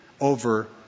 over